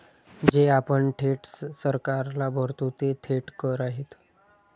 जे आपण थेट सरकारला भरतो ते थेट कर आहेत